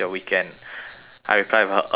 I reply with a um